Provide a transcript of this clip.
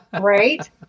Right